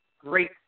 great